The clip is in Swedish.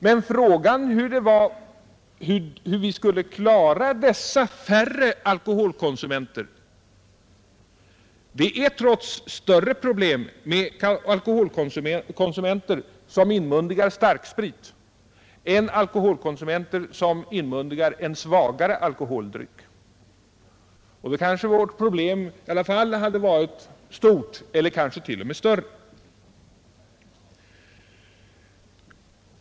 Men frågan blir hur vi skulle klara dessa färre alkoholkonsumenter. Trots allt är det större problem med alkoholkonsumenter som inmundigar starksprit än med alkoholkonsumenter som använder en svagare alkoholdryck. Vårt problem hade nog i alla fall varit stort eller kanske t.o.m. större.